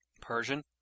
Persian